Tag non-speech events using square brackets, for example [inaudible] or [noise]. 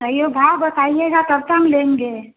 [unintelligible] बताइएगा तब तो हम लेंगे